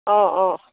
অঁ অঁ